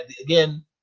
again